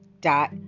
dot